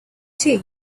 tea